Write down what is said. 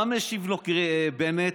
מה משיב לו בנט?